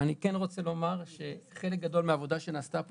אני כן רוצה לומר שחלק גדול מהעבודה שנעשתה פה